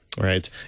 Right